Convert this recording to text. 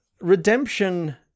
redemption